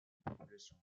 population